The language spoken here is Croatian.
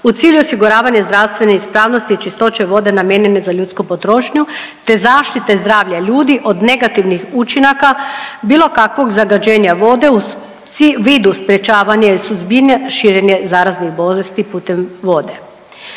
u cilju osiguravanja zdravstvene ispravnosti i čistoće vode namijenjene za ljudsku potrošnju te zaštite zdravlja ljudi od negativnih učinaka bilo kakvog zagađenja vode u vidu sprječavanja i suzbijanja širenje zaraznih bolesti putem vode.